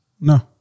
No